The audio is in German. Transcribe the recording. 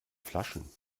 flaschen